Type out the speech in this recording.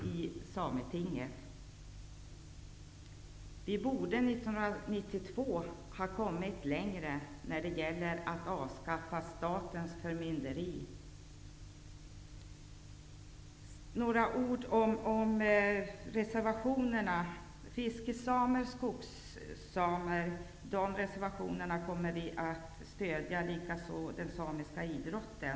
År 1992 borde vi ha kommit längre när det gäller att avskaffa statens förmynderi. Så några ord om reservationerna. Vi kommer att stödja reservationerna om fiskesamer och skogssamer. Detsamma gäller reservationen om den samiska idrotten.